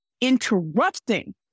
interrupting